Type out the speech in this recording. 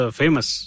famous